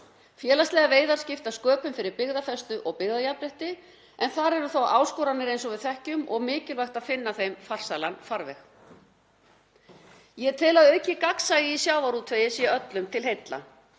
Félagslegar veiðar skipta sköpum fyrir byggðafestu og byggðajafnrétti en þar eru þó áskoranir eins og við þekkjum og mikilvægt að finna þeim farsælan farveg. Ég tel að aukið gagnsæi í sjávarútvegi sé öllum til heilla.